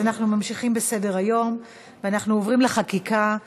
אנחנו ממשיכים בסדר-היום, ואנחנו עוברים לחקיקה: